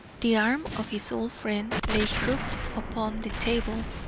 the arm of his old friend lay crooked upon the table,